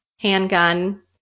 handgun